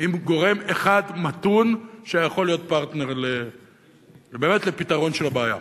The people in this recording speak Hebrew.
עם גורם אחד מתון שהיה יכול להיות פרטנר באמת לפתרון של הבעיה,